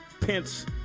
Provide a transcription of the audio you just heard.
Pence